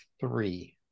three